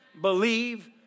believe